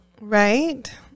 right